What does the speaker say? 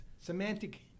semantic